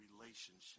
relationship